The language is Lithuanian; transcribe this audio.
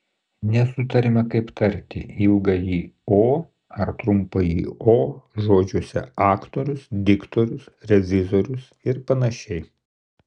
nesutariama kaip tarti ilgąjį o ar trumpąjį o žodžiuose aktorius diktorius revizorius ir panašiai